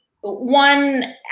one